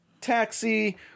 taxi